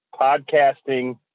podcasting